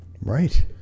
Right